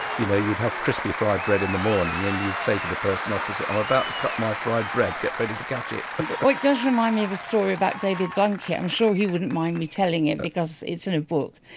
you know you'd have crispy fried bread in the morning and you'd say to the person opposite i'm about to cut my fried bread, get ready to catch it oh, it does remind me of a story about david blunkett, i'm sure he wouldn't mind me telling it because it's in a book.